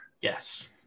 Yes